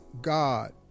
God